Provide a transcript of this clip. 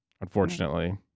unfortunately